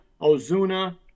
Ozuna